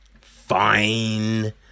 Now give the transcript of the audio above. Fine